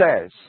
says